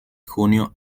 junio